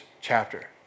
chapter